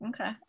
Okay